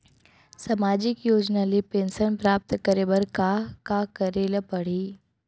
सामाजिक योजना ले पेंशन प्राप्त करे बर का का करे ल पड़ही?